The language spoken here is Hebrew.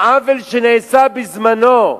העוול שנעשה בזמנו,